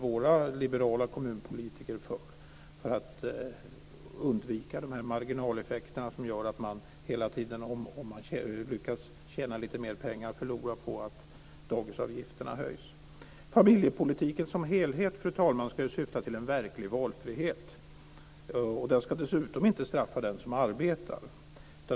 Våra liberala kommunpolitiker arbetar för det för att undvika de marginaleffekter som gör att man, om man lyckas tjäna lite mer pengar, förlorar genom att dagisavgifterna höjs. Familjepolitiken som helhet, fru talman, ska ju syfta till en verklig valfrihet. Den ska dessutom inte straffa den som arbetar.